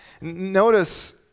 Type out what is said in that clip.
Notice